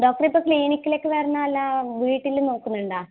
ഡോക്ടറെ ഇപ്പോൾ ക്ളീനിക്കിലേക്ക് വരണോ അല്ല വീട്ടിലും നോക്കുന്നുണ്ടോ